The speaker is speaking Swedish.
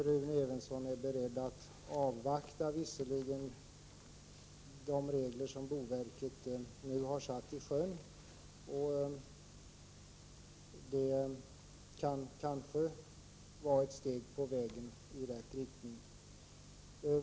Rune Evensson är visserligen beredd att avvakta de regler som boverket nu har satt i sjön, och det kanske kan vara ett steg på vägen i rätt riktning.